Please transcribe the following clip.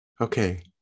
Okay